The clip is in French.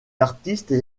artistes